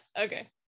Okay